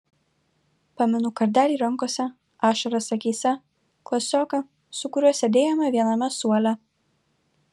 pamenu kardelį rankose ašaras akyse klasioką su kuriuo sėdėjome viename suole